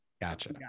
Gotcha